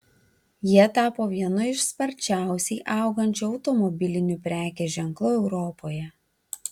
jie tapo vienu iš sparčiausiai augančių automobilinių prekės ženklų europoje